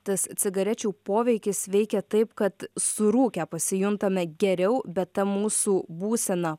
tas cigarečių poveikis veikia taip kad surūkę pasijuntame geriau bet ta mūsų būsena